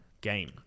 game